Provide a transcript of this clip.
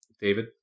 david